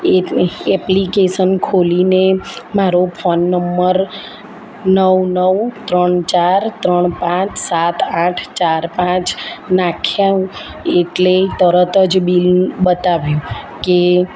એ application ખોલીને મારો phone number નવ નવ ત્રણ ચાર ત્રણ પાંચ સાત આઠ ચાર પાંચ નાખ્યા એટલે તરત જ બિલ બતાવ્યું કે